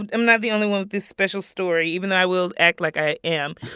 i'm not the only one with this special story, even though i will act like i am